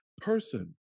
person